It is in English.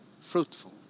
fruitful